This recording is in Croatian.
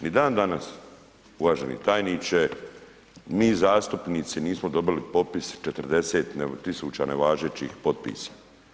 Ni dan danas, uvaženi tajniče, mi zastupnici nismo dobili popis 40 tisuća nevažećih potpisa.